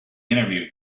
interview